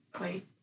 Wait